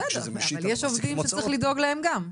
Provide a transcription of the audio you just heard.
בסדר, אבל יש עובדים שצריך לדאוג להם גם.